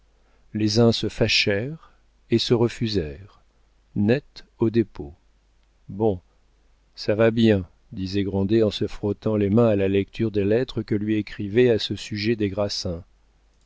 les uns se fâchèrent et se refusèrent net au dépôt bon ça va bien disait grandet en se frottant les mains à la lecture des lettres que lui écrivait à ce sujet des grassins